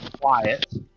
quiet